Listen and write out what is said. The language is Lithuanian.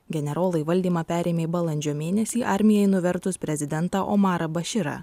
generolai valdymą perėmė balandžio mėnesį armijai nuvertus prezidentą omarą baširą